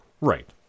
Right